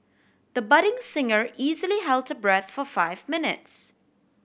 the budding singer easily held her breath for five minutes